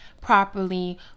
properly